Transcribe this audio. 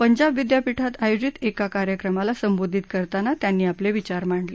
पंजाब विद्यापिठात आयोजित एका कार्यक्रमाला संबोधित करताना त्यांनी आपले विचार मांडले